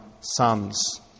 sons